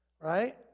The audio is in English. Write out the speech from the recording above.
right